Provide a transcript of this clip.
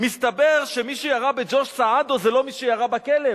מסתבר שמי שירה בג'ורג' סעדו זה לא מי שירה בכלב.